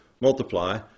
multiply